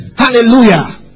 Hallelujah